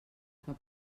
que